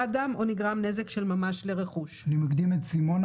אדם או נגרם נזק של ממש לרכוש; אני מקדים את סימונה.